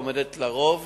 העומדת לרוב